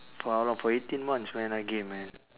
for how long for eighteen months man again man